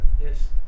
Yes